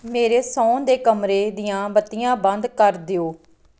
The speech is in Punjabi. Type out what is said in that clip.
ਮੇਰੇ ਸੌਣ ਦੇ ਕਮਰੇ ਦੀਆਂ ਬੱਤੀਆਂ ਬੰਦ ਕਰ ਦਿਓ